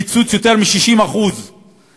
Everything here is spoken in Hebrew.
קיצוץ של יותר מ-60% מהתקציב.